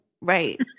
Right